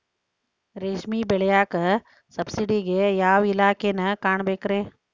ರೇಷ್ಮಿ ಬೆಳಿಯಾಕ ಸಬ್ಸಿಡಿಗೆ ಯಾವ ಇಲಾಖೆನ ಕಾಣಬೇಕ್ರೇ?